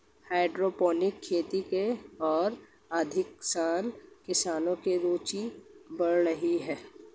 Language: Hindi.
हाइड्रोपोनिक खेती की ओर अधिकांश किसानों की रूचि बढ़ रही है